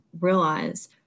realize